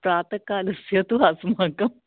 प्रात कालस्य तु अस्माकं